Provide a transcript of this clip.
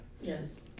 Yes